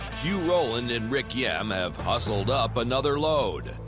hugh rowland and rick yemm have hustled up another load.